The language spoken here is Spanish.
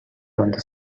donde